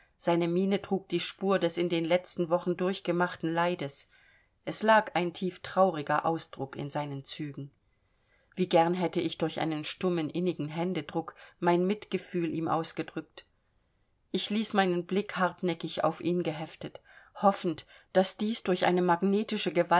seine miene trug die spur des in den letzten wochen durchgemachten leides es lag ein tieftrauriger ausdruck in seinen zügen wie gern hätte ich durch einen stummen innigen händedruck mein mitgefühl ihm ausgedrückt ich ließ meinen blick hartnäckig auf ihn geheftet hoffend daß dies durch eine magnetische